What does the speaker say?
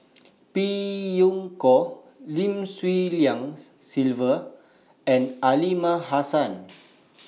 Phey Yew Kok Lim Swee Lian Sylvia and Aliman Hassan